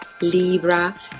Libra